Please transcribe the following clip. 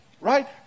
Right